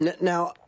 Now